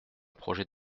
projet